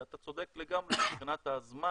כי אתה צודק לגמרי מבחינת הזמן,